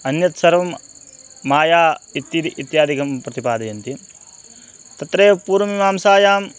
अन्यत् सर्वं माया इत्यादि इत्यादिकं प्रतिपादयन्ति तत्रैव पूर्वमीमांसायां